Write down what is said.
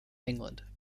england